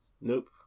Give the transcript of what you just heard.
nope